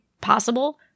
possible